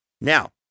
Now